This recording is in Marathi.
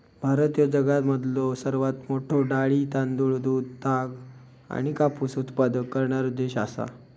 भारत ह्यो जगामधलो सर्वात मोठा डाळी, तांदूळ, दूध, ताग आणि कापूस उत्पादक करणारो देश आसा